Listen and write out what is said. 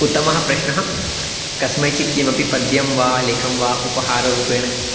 उत्तमः प्रश्नः कस्मैचित् किमपि पद्यं वा लेखं वा उपहाररूपेण